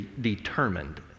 determined